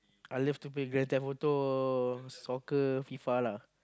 I love to Grand-Theft-Auto soccer F_I_F_A lah